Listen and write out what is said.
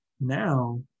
now